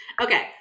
Okay